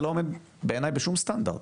זה לא עומד בעיני בשום סטנדרט.